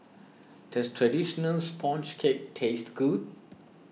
does Traditional Sponge Cake taste good